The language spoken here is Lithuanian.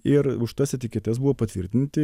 ir už tas etiketes buvo patvirtinti